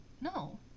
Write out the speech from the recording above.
No